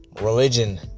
religion